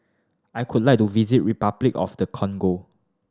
I would like to visit Repuclic of the Congo